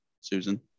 Susan